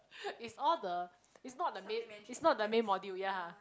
it's all the it's not the main it's not main module ya